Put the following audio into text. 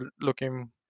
looking